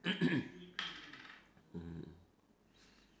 mm